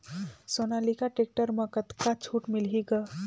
Sonalika tractor म कतका छूट मिलही ग?